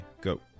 go